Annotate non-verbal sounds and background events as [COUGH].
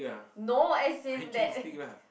no as in that [LAUGHS]